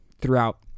throughout